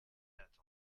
attendre